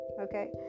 okay